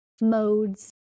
modes